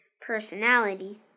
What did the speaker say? personality